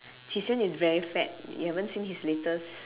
qi xian is very fat you haven't seen his latest